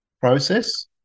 process